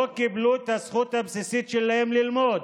לא קיבלו את הזכות הבסיסית שלהם ללמוד,